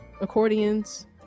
accordions